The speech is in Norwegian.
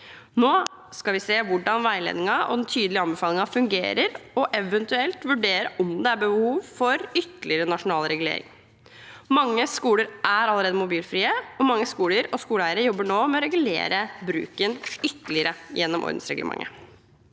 Nå skal vi se hvordan veiledningen og den tydelige anbefalingen fungerer, og eventuelt vurdere om det er behov for ytterligere nasjonal regulering. Mange skoler er allerede mobilfrie, og mange skoler og skoleeiere jobber nå med å regulere bruken ytterligere gjennom ordensreglementet.